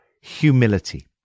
humility